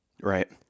right